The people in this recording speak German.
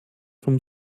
vom